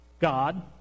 God